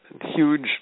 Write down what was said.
huge